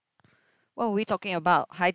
what are we talking about Haidilao